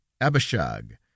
Abishag